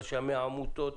רשמי העמותות.